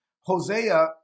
Hosea